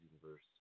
universe